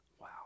Wow